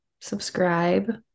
subscribe